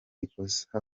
ikosa